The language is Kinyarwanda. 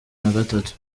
nagatatu